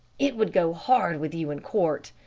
it would go hard with you in court.